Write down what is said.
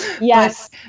yes